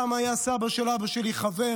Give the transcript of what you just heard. שם היה סבא של אבא שלי חבר